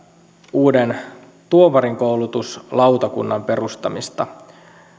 uuden tuomarinkoulutuslautakunnan perustamista